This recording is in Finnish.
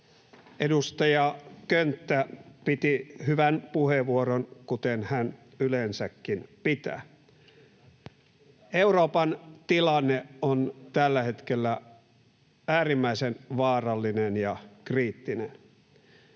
Edustaja Könttä piti hyvän puheenvuoron, kuten hän yleensäkin pitää. Euroopan tilanne on tällä hetkellä äärimmäisen vaarallinen ja kriittinen.